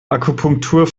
akupunktur